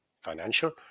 financial